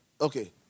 Okay